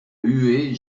huée